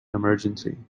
emergency